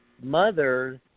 mother's